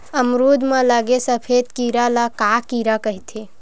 अमरूद म लगे सफेद कीरा ल का कीरा कइथे?